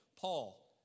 paul